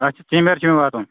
اَچھِ چھِ مےٚ واتُن